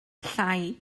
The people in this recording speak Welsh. llai